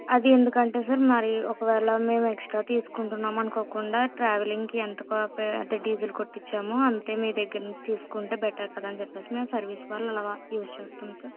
అది ఎందుకంటే సార్ మరి ఒకవేళ మేము ఎక్స్ట్రా తీసుకుంటున్నామనుకోకుండా ట్రావల్లింగు కి ఎంత అంటే డీజిల్ కొట్టించామో అంతే మీ దగ్గరనుంచి తీసుకుంటే బెటర్ కదా అని చెప్పేసి మేము సర్వీసు వాళ్ళ అలా యూజ్ చేస్తాం సార్